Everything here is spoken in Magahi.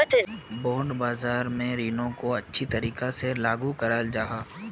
बांड बाज़ार में रीनो को नए तरीका से जारी कराल जाहा